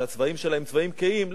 שהצבעים שלה הם צבעים כהים,